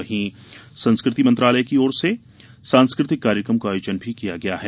वहीं संस्कृति मंत्रालय की ओर से सांस्कृतिक कार्यकम का आयोजन भी किया गया है